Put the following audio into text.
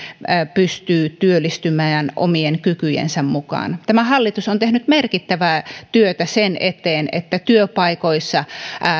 pystyy työllistymään omien kykyjensä mukaan tämä hallitus on tehnyt merkittävää työtä sen eteen että työpaikoissa